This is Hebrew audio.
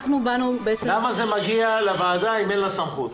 למה זה מגיע לוועדה אם אין לה סמכות?